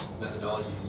methodology